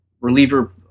reliever